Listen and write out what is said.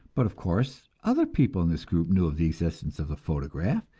but, of course, other people in this group knew of the existence of the photograph,